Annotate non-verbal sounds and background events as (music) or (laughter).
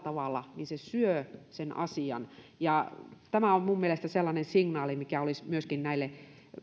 (unintelligible) tavalla syö sen asian ja tämä on minun mielestäni sellainen signaali mikä olisi myöskin näille